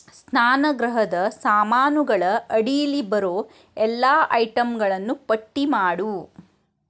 ಸ್ನಾನಗೃಹದ ಸಾಮಾನುಗಳ ಅಡೀಲಿ ಬರೋ ಎಲ್ಲ ಐಟಂಗಳನ್ನೂ ಪಟ್ಟಿ ಮಾಡು